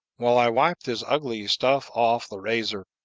while i wipe this ugly stuff off the razor,